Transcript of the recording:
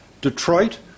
Detroit